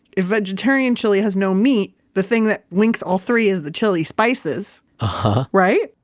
if vegetarian chili has no meat, the thing that links all three is the chili spices uh-huh. right?